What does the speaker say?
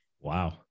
Wow